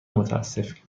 متاسفیم